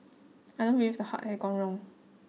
I don't believe the heart had gone wrong